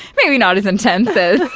maybe not as intense as.